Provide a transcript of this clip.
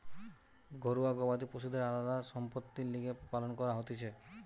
ঘরুয়া গবাদি পশুদের আলদা সম্পদের লিগে পালন করা হতিছে